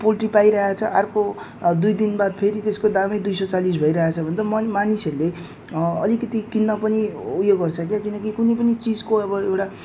poultry पाइरहेछ अर्को दुई दिन बाद फेरि त्यसको दाम दुई सय चालिस भइरहेछ भने त मन मानिसहरूले अलिकति किन्न पनि उयो गर्छ के किन कि कुनै पनि चिजको अब एउटा